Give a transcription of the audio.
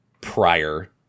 prior